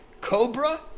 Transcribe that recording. COBRA